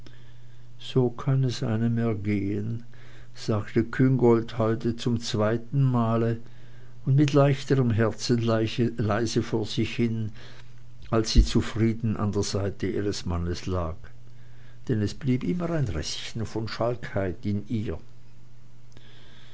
so kann es einem ergehen sagte küngolt heute zum zweiten male und mit leichterm herzen leise vor sich hin als sie zufrieden an der seite ihres mannes lag denn es blieb immer ein restchen von schalkheit in ihr